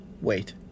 Wait